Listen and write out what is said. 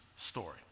Story